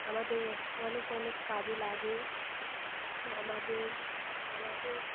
আমাদের অনেক অনেক কাজে লাগে আমাদের আমাদের